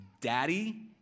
daddy